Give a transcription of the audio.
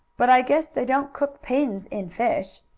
but i guess they don't cook pins in fish.